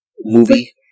movie